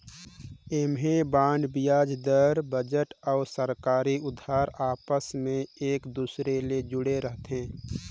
ऐम्हें बांड बियाज दर, बजट अउ सरकारी उधार आपस मे एक दूसर ले जुड़े रथे